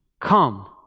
come